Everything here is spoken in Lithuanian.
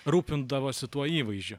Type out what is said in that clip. rūpindavosi tuo įvaizdžiu